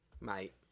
Mate